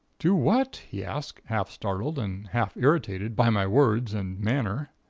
do what? he asked, half-startled and half-irritated by my words and manner.